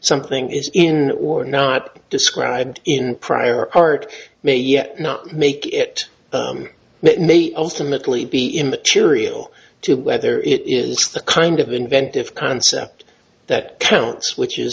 something is in or not described in prior art may yet not make it may ultimately be immaterial to whether it is the kind of inventive concept that counts which is